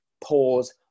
pause